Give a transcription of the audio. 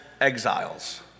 exiles